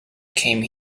came